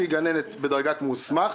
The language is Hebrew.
פי גננת בדרגת מוסמך,